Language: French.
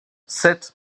sept